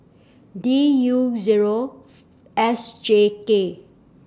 D U Zero S J K